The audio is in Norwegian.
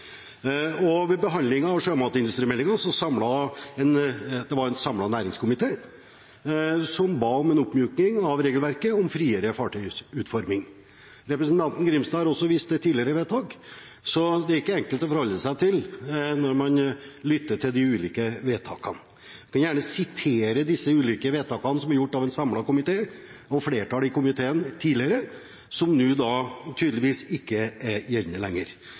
Ved behandlingen av sjømatindustrimeldingen var det en samlet næringskomité som ba om en oppmykning av regelverket om friere fartøyutforming. Representanten Grimstad har også vist til tidligere vedtak, så dette er ikke enkelt å forholde seg til, når man ser på de ulike vedtakene. Jeg kunne gjerne sitert disse ulike vedtakene, som er gjort av en samlet komité, og av flertallet i komiteen, tidligere – som tydeligvis ikke lenger er gjeldende.